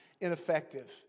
ineffective